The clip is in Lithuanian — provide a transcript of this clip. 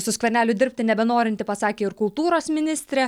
su skverneliui dirbti nebenorinti pasakė ir kultūros ministrė